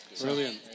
brilliant